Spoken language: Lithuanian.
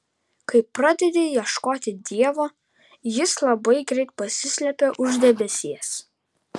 kai pradedi ieškoti dievo jis labai greit pasislepia už debesies